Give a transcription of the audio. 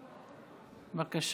בבקשה.